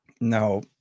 No